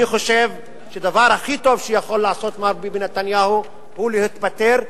אני חושב שהדבר הכי טוב שיכול לעשות מר ביבי נתניהו הוא להתפטר,